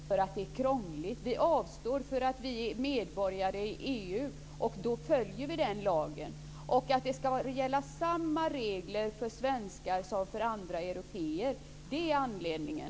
Fru talman! Vi avstår inte från den här lagen därför att det är krångligt. Vi avstår därför att vi är medborgare i EU, och då följer vi den lagen. Att det ska gälla samma regler för svenskar som för andra européer är anledningen.